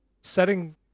setting